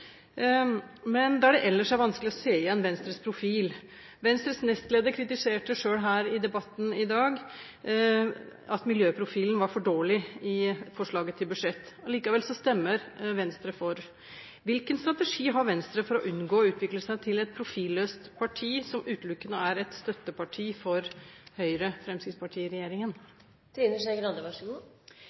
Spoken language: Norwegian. Det er ellers vanskelig å se igjen Venstres profil. Venstres nestleder kritiserte selv her i debatten i dag at miljøprofilen var for dårlig i forslaget til budsjett fra Høyre og Fremskrittspartiet. Likevel stemmer Venstre for. Hvilken strategi har Venstre for å unngå å utvikle seg til et profilløst parti, som utelukkende er et støtteparti for